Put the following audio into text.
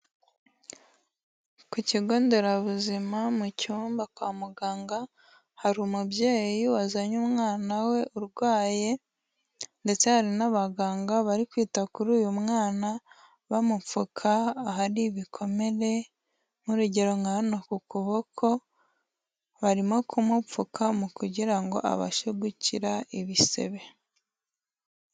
Ku kigo nderabuzima mu cyumba kwa muganga, hari umubyeyi wazanye umwana we urwaye ndetse hari n'abaganga bari kwita kuri uyu mwana, bamupfuka ahari ibikomere nk'urugero nka hano ku kuboko, barimo kumupfuka mu kugira ngo abashe gukira ibisebe.